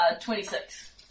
twenty-six